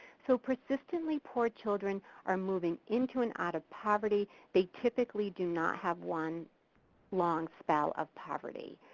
so persistently poor children are moving into and out of poverty they typically do not have one long spell of poverty.